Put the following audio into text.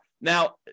Now